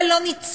אבל לא ניצלו,